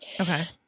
Okay